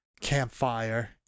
campfire